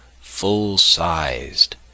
full-sized